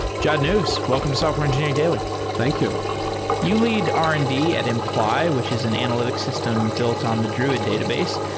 jad naous, welcome to software engineering daily thank you you lead r and d at imply, which is an analytics system built on the druid database.